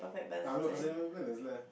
no I'm not lah